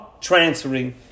transferring